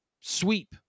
sweep